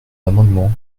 l’amendement